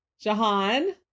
Jahan